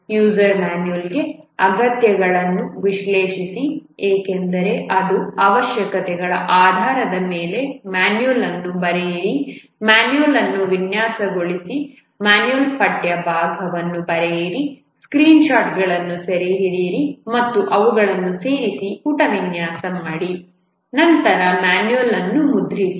user manual ಗೆ ಅಗತ್ಯತೆಗಳನ್ನು ವಿಶ್ಲೇಷಿಸಿ ಏಕೆಂದರೆ ಅದು ಅವಶ್ಯಕತೆಗಳ ಆಧಾರದ ಮೇಲೆ ಮಾನ್ಯುಯಲ್ manual ಅನ್ನು ಬರೆಯಿರಿ ಮಾನ್ಯುಯಲ್ ಅನ್ನು ವಿನ್ಯಾಸಗೊಳಿಸಿ ಮಾನ್ಯುಯಲ್ ಪಠ್ಯ ಭಾಗವನ್ನು ಬರೆಯಿರಿ ಸ್ಕ್ರೀನ್ಶಾಟ್ಗಳನ್ನು ಸೆರೆಹಿಡಿಯಿರಿ ಮತ್ತು ಅವುಗಳನ್ನು ಸೇರಿಸಿ ಪುಟ ವಿನ್ಯಾಸವನ್ನು ಮಾಡಿ ನಂತರ ಮಾನ್ಯುಯಲ್ ಅನ್ನು ಮುದ್ರಿಸಿ